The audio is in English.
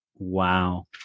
Wow